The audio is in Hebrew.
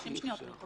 30 שניות.